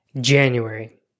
January